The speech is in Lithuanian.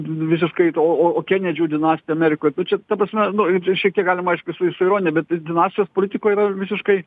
visiškai to o o kenedžių dinastija amerikoj nu čia ta prasme nu ir šiek tiek galim aišku su su ironija bet dinastijos politikoj yra visiškai